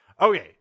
Okay